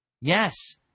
Yes